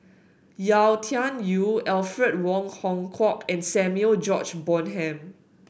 Yau Tian Yau Alfred Wong Hong Kwok and Samuel George Bonham